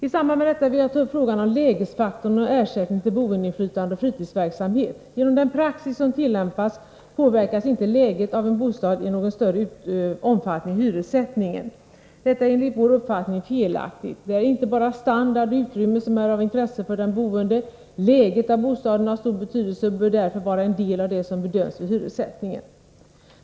I samband med detta vill jag ta upp frågan om lägesfaktorn och frågan om ersättning till boendeinflytande och fritidsverksamhet. Genom den praxis som tillämpas påverkar inte läget av en bostad i någon större omfattning hyressättningen. Detta är enligt vår uppfattning felaktigt. Det är inte bara standard och utrymme som är av intresse för den boende. Läget av bostaden har stor betydelse och bör därför vara en del av det som bedöms vid hyressättningen.